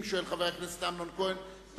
חבר הכנסת אמנון כהן,